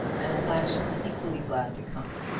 and i shall be equally glad to come.